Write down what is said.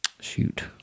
shoot